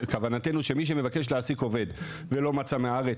בכוונתנו שמי שמבקש להעסיק עובד ולא מצא מהארץ